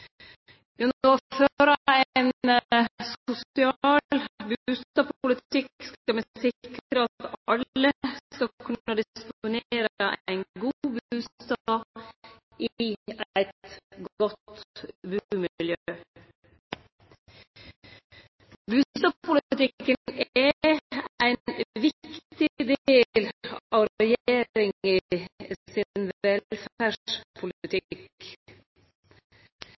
Gjennom å føre ein sosial bustadpolitikk skal me sikre at alle skal kunne disponere ein god bustad i eit godt bumiljø. Bustadpolitikken er ein viktig del av regjeringa sin velferdspolitikk. Ein